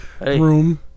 room